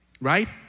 Right